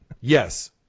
Yes